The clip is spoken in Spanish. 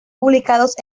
publicados